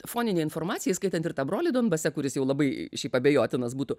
foninė informacija įskaitant ir tą brolį donbase kuris jau labai šiaip abejotinas būtų